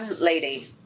lady